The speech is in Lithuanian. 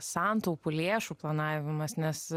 santaupų lėšų planavimas nes